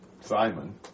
Simon